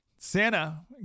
santa